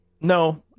No